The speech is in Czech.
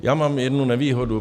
Já mám jednu nevýhodu.